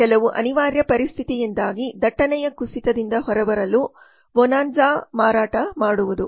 ಕೆಲವು ಅನಿವಾರ್ಯ ಪರಿಸ್ಥಿತಿಯಿಂದಾಗಿ ದಟ್ಟಣೆಯ ಕುಸಿತದಿಂದ ಹೊರಬರಲು ಬೊನಾನ್ಜಾಗಳನ್ನು ಮಾರಾಟ ಮಾಡುವುದು